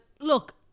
look